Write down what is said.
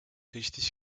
richtig